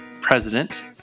president